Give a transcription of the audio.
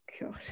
God